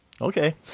okay